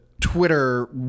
Twitter